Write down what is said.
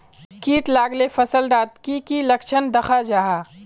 किट लगाले फसल डात की की लक्षण दखा जहा?